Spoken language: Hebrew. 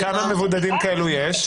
וכמה מבודדים כאלה יש?